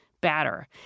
batter